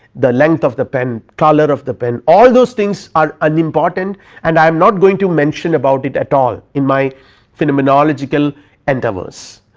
the length of the pen, color of the pen all those things are unimportant and i am not going to mention about it at all, in my phenomenological intervals.